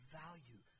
value